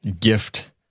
gift